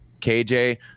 KJ